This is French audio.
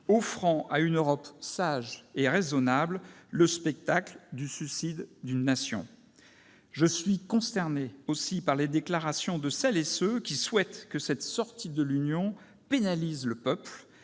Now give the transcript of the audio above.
offrant à une Europe sage et raisonnable le spectacle du « suicide d'une nation ». Je suis consterné aussi par les déclarations de celles et de ceux qui souhaitent que cette sortie de l'Union pénalise le peuple